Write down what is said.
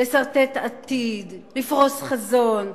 לסרטט עתיד, לפרוס חזון.